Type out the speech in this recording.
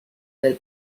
del